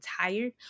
tired